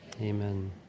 Amen